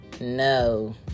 no